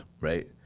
Right